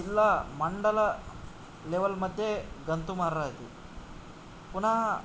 जिल्ला मण्डल लेवल् मध्ये गन्तुम् अर्हति पुनः